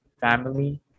family